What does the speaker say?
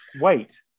Wait